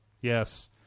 Yes